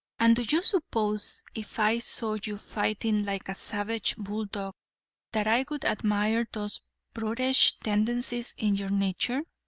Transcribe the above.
and do you suppose if i saw you fighting like a savage bulldog that i would admire those brutish tendencies in your nature?